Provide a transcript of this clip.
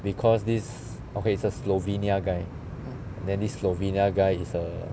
because this okay is a slovenia guy then this slovenia guy is a